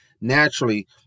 naturally